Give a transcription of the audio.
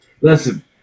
Listen